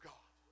God